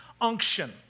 unction